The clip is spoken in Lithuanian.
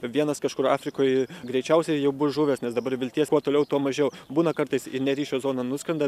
vienas kažkur afrikoj greičiausiai jau bus žuvęs nes dabar vilties kuo toliau tuo mažiau būna kartais ne ryšio zoną nuskrenda